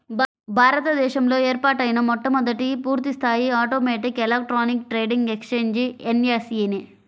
భారత దేశంలో ఏర్పాటైన మొట్టమొదటి పూర్తిస్థాయి automatic electronic trading exchange NSE నే